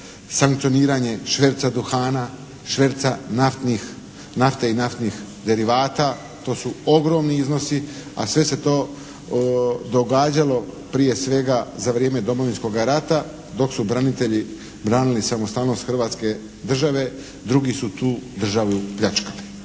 sankcioniranje šverca duhana, šverca nafte i naftnih derivata. To su ogromni iznosi, a sve se to događalo prije svega za vrijeme Domovinskoga rata dok su branitelji branili samostalnost Hrvatske države drugi su tu državu pljačkali.